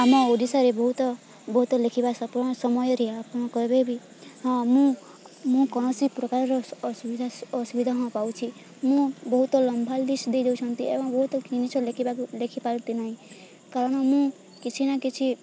ଆମ ଓଡ଼ିଶାରେ ବହୁତ ବହୁତ ଲେଖିବା ସମୟରେ ଆପଣ କହିବେ ବି ହଁ ମୁଁ ମୁଁ କୌଣସି ପ୍ରକାରର ଅସୁବିଧା ଅସୁବିଧା ହଁ ପାଉଛି ମୁଁ ବହୁତ ଲମ୍ୱା ଲିଷ୍ଟ ଦେଇ ଦେଉଛନ୍ତି ଏବଂ ବହୁତ ଜିନିଷ ଲେଖିବା ଲେଖିପାରନ୍ତି ନାହିଁ କାରଣ ମୁଁ କିଛି ନା କିଛି